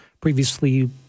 previously